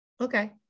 Okay